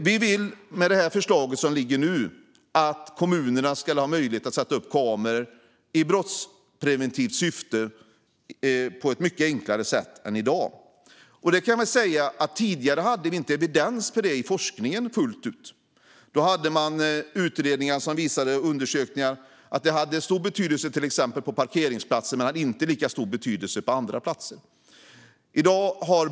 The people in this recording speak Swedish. Vi vill med det liggande förslaget att kommuner ska få möjlighet att sätta upp kameror i brottspreventivt syfte på ett mycket enklare sätt än i dag. Tidigare hade vi inte evidens för detta i forskningen fullt ut. Då fanns utredningar och undersökningar som visade att det hade stor betydelse på till exempel parkeringsplatser men inte lika stor betydelse på andra platser.